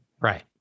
Right